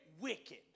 wicked